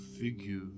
figure